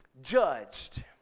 judged